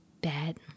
bad